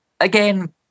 Again